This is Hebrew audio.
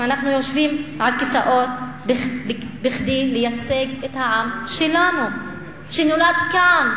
אנחנו יושבים על כיסאות כדי לייצג את העם שלנו שנולד כאן,